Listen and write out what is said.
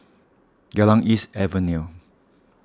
Geylang East Avenue